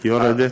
יורדת.